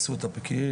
פקיעין,